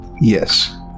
Yes